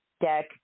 deck